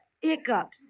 hiccups